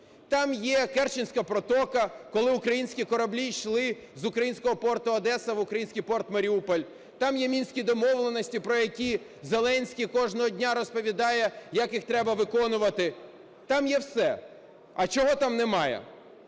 Там є Керченська протока, коли українські кораблі йшли з українського порту "Одеса" в українській порт "Маріуполь", там є Мінські домовленості, про які Зеленський кожного дня розповідає, як їх треба виконувати, там є все. А чого там немає?